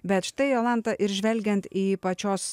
bet štai jolanta ir žvelgiant į pačios